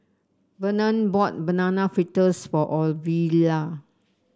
Vernon bought Banana Fritters for Ovila